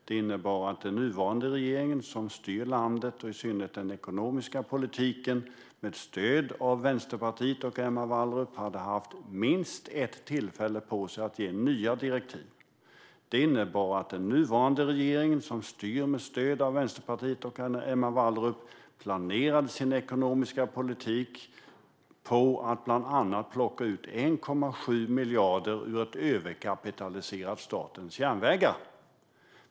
Det innebär att den nuvarande regeringen, som styr landet och i synnerhet den ekonomiska politiken med stöd av Vänsterpartiet och Emma Wallrup, hade haft minst ett tillfälle på sig att ge nya direktiv. Det innebär att den nuvarande regeringen, som styr med stöd av Vänsterpartiet och Emma Wallrup, planerade sin ekonomiska politik med att bland annat plocka ut 1,7 miljarder ur ett överkapitaliserat SJ.